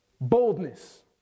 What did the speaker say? boldness